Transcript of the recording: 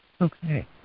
Okay